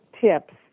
tips